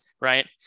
right